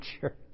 church